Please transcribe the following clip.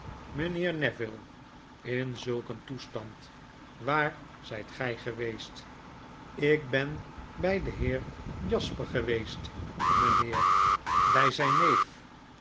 mynheer neville in zulk een toestand waar zyt gij geweest ik ben by den heer jasper geweest mynheer by zyn neef